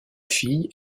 filles